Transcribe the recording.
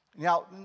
Now